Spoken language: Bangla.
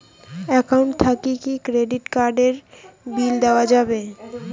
একাউন্ট থাকি কি ক্রেডিট কার্ড এর বিল দেওয়া যাবে?